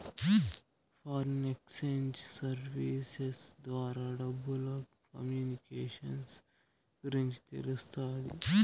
foreign exchange services ద్వారా డబ్బులు communications గురించి తెలుస్తాది